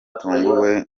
batunguwe